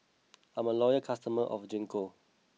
I'm a loyal customer of Gingko